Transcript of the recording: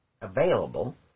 available